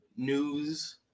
News